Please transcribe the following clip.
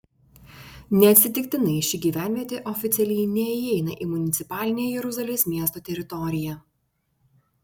neatsitiktinai ši gyvenvietė oficialiai neįeina į municipalinę jeruzalės miesto teritoriją